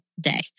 day